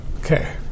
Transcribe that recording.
Okay